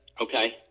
Okay